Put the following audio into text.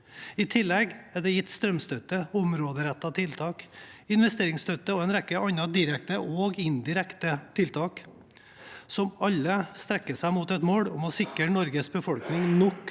I tillegg er det gitt strømstøtte, områderettede tiltak, investeringsstøtte og en rekke andre direkte og indirekte tiltak som alle strekker seg mot et mål om å sikre Norges befolkning nok